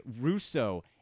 Russo